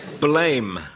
Blame